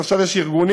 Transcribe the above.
אז עכשיו יש ארגונים,